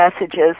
messages